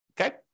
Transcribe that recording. okay